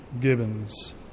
Gibbons